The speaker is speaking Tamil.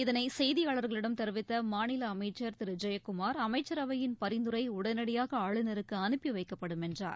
இதனைசெய்தியாளர்களிடம் தெரிவித்தமாநிலஅமைச்சர் திருஜெயக்குமார் அமைச்சரவையின் பரிந்துரைஉடனடியாகஆளுநருக்குஅனுப்பிவைக்கப்படும் என்றார்